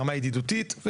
ברמה ידידותית,